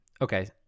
okay